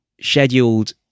scheduled